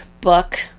book